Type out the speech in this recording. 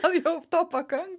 gal jau to pakank